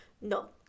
no